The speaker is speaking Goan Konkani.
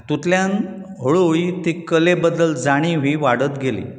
हितूंतल्यान हऴू हळू ती कले बद्दल जाणीव ही वाडत गेली